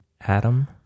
Adam